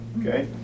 okay